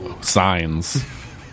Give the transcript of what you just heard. signs